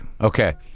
Okay